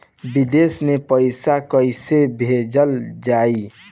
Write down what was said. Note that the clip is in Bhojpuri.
विदेश में पईसा कैसे भेजल जाई?